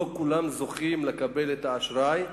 לא כולם זוכים לקבל את האשראי.